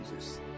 Jesus